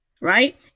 Right